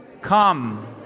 Come